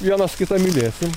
vienas kitą mylėsim